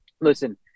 listen